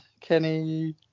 Kenny